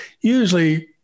usually